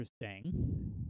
interesting